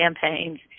campaigns